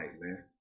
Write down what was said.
man